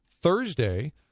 Thursday